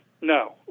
No